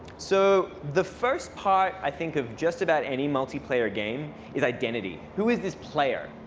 so the first part, i think, of just about any multiplayer game is identity. who is this player?